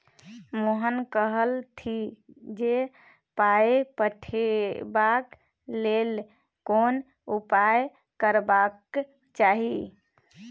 मोहन कहलथि जे पाय पठेबाक लेल कोन उपाय करबाक चाही